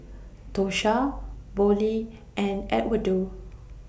Tosha Vollie and Edwardo